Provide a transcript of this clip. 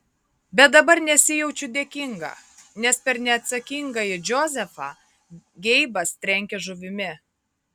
bet dabar nesijaučiu dėkinga nes per neatsakingąjį džozefą geibas trenkia žuvimi